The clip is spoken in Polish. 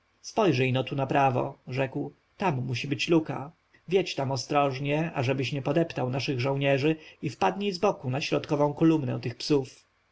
kawalerji spojrzyj-no tu na prawo rzekł tam musi być luka wjedź tam ostrożnie ażebyś nie podeptał naszych żołnierzy i wpadnij zboku na środkową kolumnę tych psów